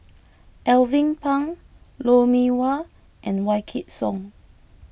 Alvin Pang Lou Mee Wah and Wykidd Song